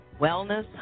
Wellness